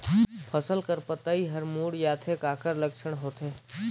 फसल कर पतइ हर मुड़ जाथे काकर लक्षण होथे?